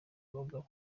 abagabo